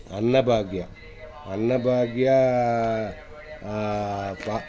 ಅನ್ನಭಾಗ್ಯ ಅನ್ನಭಾಗ್ಯ ಬ